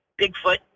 Bigfoot